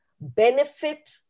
benefit